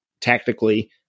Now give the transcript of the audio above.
tactically